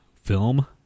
film